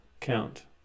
count